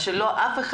שכל אחד